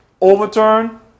overturn